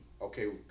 okay